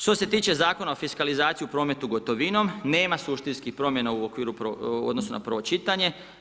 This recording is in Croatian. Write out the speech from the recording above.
Što se tiče Zakona o fiskalizaciji u prometu gotovinom, nema suštinski promjena u okviru, u odnosu na prvo čitanje.